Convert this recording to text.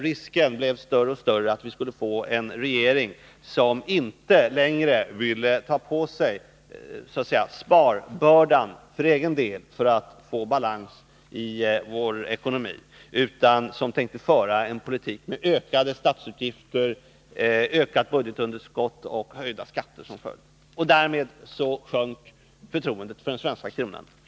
Risken blev större och större för att vi skulle få en regering som inte längre ville ta på sig sparbördan för egen del för att få balans i vår ekonomi, utan som tänkte föra en politik med ökade statsutgifter, ökat budgetunderskott och höjda skatter som följd. Därmed sjönk förtroendet för den svenska kronan.